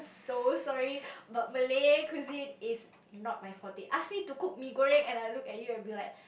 so sorry but Malay cuisine is not my forte ask me to cook mee-goreng and I look at you and be like